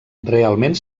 realment